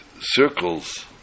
circles